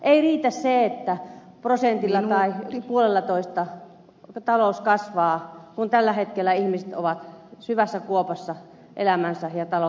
ei riitä se että prosentilla tai puolellatoista talous kasvaa kun tällä hetkellä ihmiset ovat syvässä kuopassa elämänsä ja taloutensa kanssa